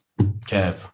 Kev